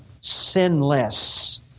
sinless